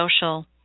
social